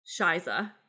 Shiza